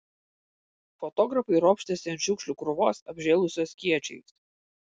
fotografai ropštėsi ant šiukšlių krūvos apžėlusios kiečiais